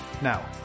Now